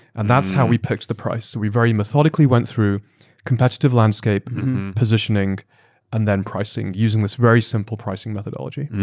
and that's how we picked the price. we very methodically went through competitive landscape positioning and then pricing using this very simple pricing methodology.